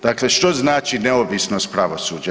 Dakle, što znači neovisnost pravosuđa?